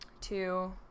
two